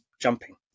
jumping